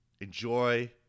Enjoy